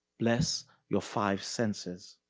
bless your five senses.